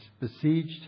besieged